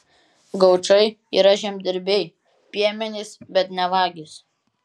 gaučai yra žemdirbiai piemenys bet ne vagys